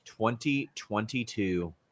2022